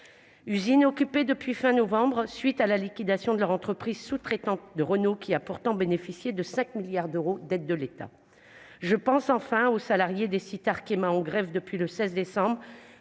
usine, occupée depuis fin novembre à la suite de la liquidation de cette entreprise sous-traitante de Renault, qui a pourtant bénéficié de 5 milliards d'euros d'aides de l'État. Je pense enfin aux salariés des sites Arkema qui, en grève depuis le 16 décembre,